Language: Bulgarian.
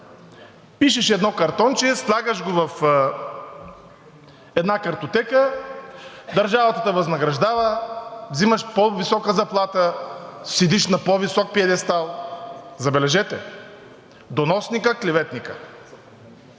пишеш едно картонче, слагаш го в една картотека, държавата те възнаграждава, взимаш по-висока заплата, седиш на по-висок пиедестал. Забележете, доносникът, клеветникът!